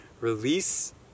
release